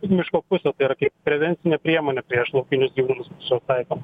į miško pusę tai yra kaip prevencinė priemonė prieš laukinius gyvūnus as juos taikoma